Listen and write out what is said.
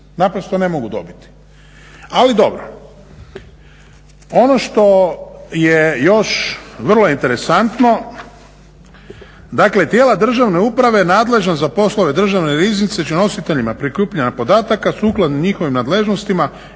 Naprosto ne mogu dobiti, ali dobro. Ono što je još vrlo interesantno, dakle tijela državne uprave nadležna za poslove državne riznice će nositeljima prikupljanja podataka sukladno njihovim nadležnostima